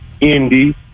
Indy